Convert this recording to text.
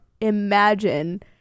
imagine